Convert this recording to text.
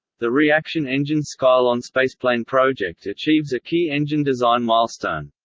the reaction engines skylon spaceplane project achieves a key engine design milestone.